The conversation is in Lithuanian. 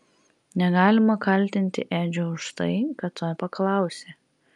negalima kaltinti edžio už tai kad to paklausė